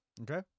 Okay